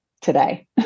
today